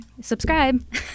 subscribe